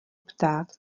ptát